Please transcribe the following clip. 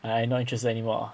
I not interested anymore